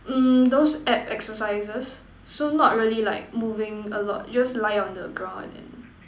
mm those ab exercises so not really like moving a lot just lie on the ground and then